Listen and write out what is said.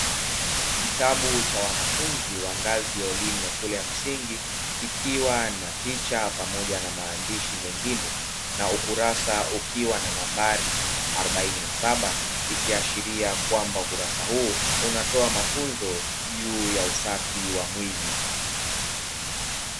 Kitabu cha wanafunzi wa ngazi ya shule ya elimu ya msingi kikiwa na picha pamoja na maandishi mengine, na ukurasa ukiwa na nambari arobaini na saba, ikiashiria kwamba ukurasa huu unatoa mafunzo juu ya usafi wa mwili.